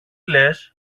λες